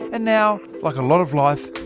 and now, like a lot of life,